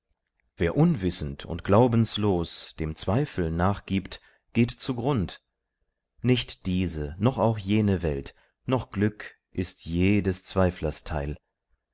wer unwissend und glaubenslos dem zweifel nachgibt geht zugrund nicht diese noch auch jene welt noch glück ist je des zweiflers teil